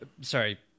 Sorry